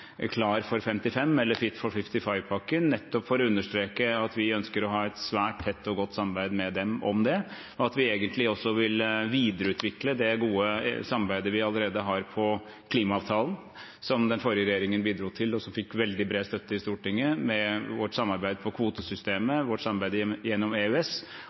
Klar for 55-pakken – eller Fit for 55-pakken – nettopp for å understreke at vi ønsker å ha et svært tett og godt samarbeid med dem om det, og at vi egentlig også vil videreutvikle det gode samarbeidet vi allerede har på klimaavtalen, som den forrige regjeringen bidro til, og som fikk veldig bred støtte i Stortinget, med vårt samarbeid om kvotesystemet, vårt samarbeid gjennom EØS,